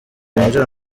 binjira